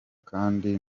kandi